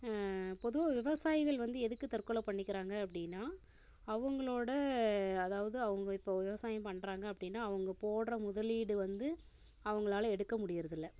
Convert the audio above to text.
பொதுவாக விவசாயிகள் வந்து எதுக்கு தற்கொலை பண்ணிக்கிறாங்க அப்படின்னா அவங்களோட அதாவது அவங்க இப்போது விவசாயம் பண்றாங்க அப்படின்னா அவங்க போடுற முதலீடு வந்து அவங்களால எடுக்க முடிகிறதில்ல